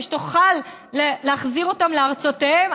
שנוכל להחזיר אותם לארצותיהם,